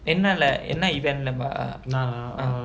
என்ன:enna lah என்ன:enna event lamma